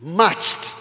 matched